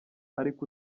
ariko